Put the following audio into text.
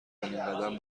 قدم